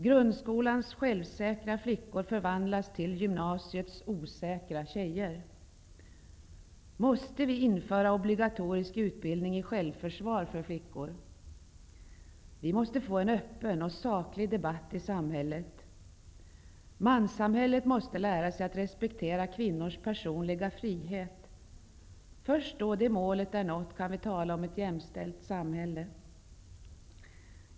Grundskolans självsäkra flickor förvandlas till gymnasiets osäkra tjejer. Måste vi införa obligatorisk utbildning i självförsvar för flickor? Vi måste få en öppen och saklig debatt i samhället. Manssamhället måste lära sig att respektera kvinnors personliga frihet. Först då det målet är nått, kan vi tala om ett jämställt samhälle.